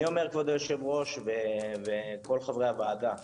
כבוד היושב-ראש וחברי הוועדה,